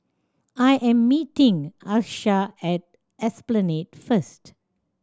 I am meeting Achsah at Esplanade first